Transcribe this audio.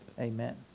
amen